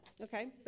Okay